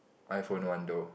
iPhone one though